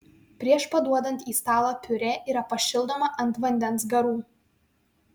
prieš paduodant į stalą piurė yra pašildoma ant vandens garų